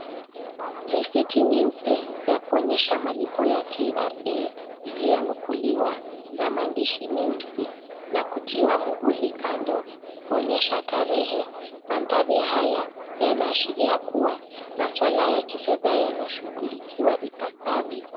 Risiti nyeupe ya kuonyesha malipo ya KRA iliyonukuliwa na maandishi meusi na kutiwa mhuri kando kuonyesha tarehe, mandhari haya yanaashiria kuwa maswala ya kifedha yanashughulikiwa ipasavyo,